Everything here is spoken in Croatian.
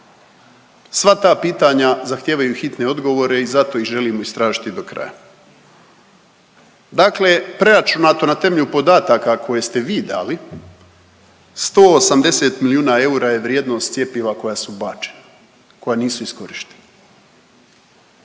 Sva ta pitanja zahtijevaju hitne odgovore i zato ih želimo istražiti do kraja. Dakle, preračunato na temelju podataka koje ste vi dali, 180 milijuna eura je vrijednost cjepiva koja su bačena, koja nisu iskorištena.